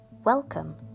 Welcome